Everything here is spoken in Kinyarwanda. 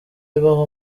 bibaho